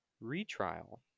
retrial